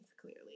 clearly